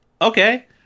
okay